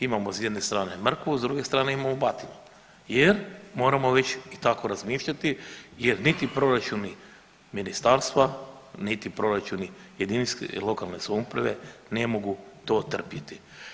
Imamo s jedne strane mrkvu, s druge strane imamo batinu jer moramo već i tako razmišljati jer niti proračuni ministarstva, niti proračuna jedinice lokalne samouprave ne mogu to trpjeti.